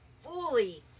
fully